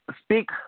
speak